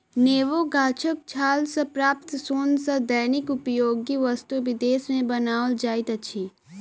नेबो गाछक छाल सॅ प्राप्त सोन सॅ दैनिक उपयोगी वस्तु विदेश मे बनाओल जाइत अछि